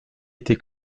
été